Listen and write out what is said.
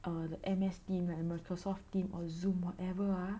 err M_S team like Microsoft team or Zoom whatever ah